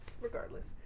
regardless